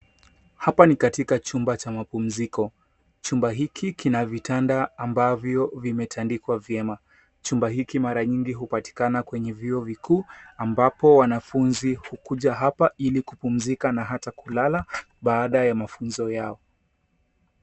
Hapa ni katika chumba cha mapumziko. Chumba hiki kina vitanda ambavyo vimetandikwa vyema. Chumba hiki mara nyingi hupatikana kwenye vyuo vikuu, ambapo wanafunzi kukuja hapa ili kupumzika na hata kulala baada ya mafunzo yao.